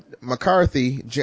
McCarthy